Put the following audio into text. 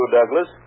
Douglas